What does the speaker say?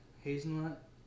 hazelnut